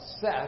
Seth